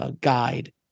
guide